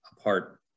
apart